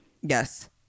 Yes